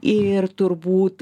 ir turbūt